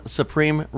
supreme